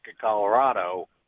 Colorado